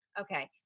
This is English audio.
Okay